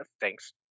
thanks